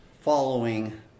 following